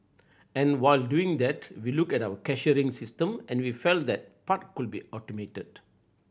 and while doing that we looked at our cashiering system and we felt that part could be automated